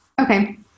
Okay